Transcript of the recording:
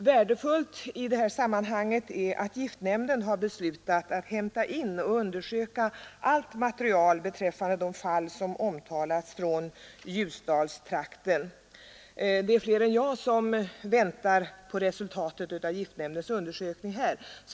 Värdefullt i detta sammanhang är att giftnämnden beslutat hämta in och undersöka allt material beträffande de fall som omtalats från Ljusdalstrakten. Flera än jag väntar på resultatet från giftnämndens undersökning här.